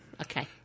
Okay